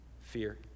Fear